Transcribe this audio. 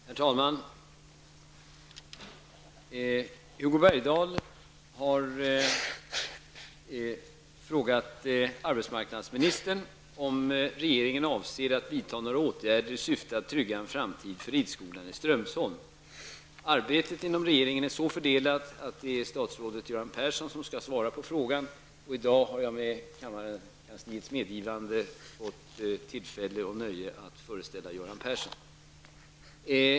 Herr talman! Hugo Bergdahl har frågat arbetsmarknadsministern om regeringen avser att vidtaga några åtgärder i syfte att trygga en framtid för ridskolan i Strömsholm. Arbetet inom regeringen är så fördelat att det är statsrådet Göran Persson som skall svara på frågan. I dag har jag med kammarkansliets medgivande fått tillfället och nöjet att föreställa Göran Persson.